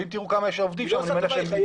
ואם תראו כמה יש עובדים שם אתם מניח שזה יהיה